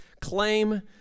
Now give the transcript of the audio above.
claim